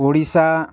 Odisha